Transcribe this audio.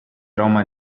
roma